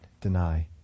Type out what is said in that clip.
deny